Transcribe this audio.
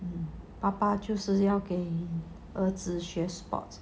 爸爸就是给儿子学 sports